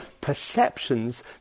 perceptions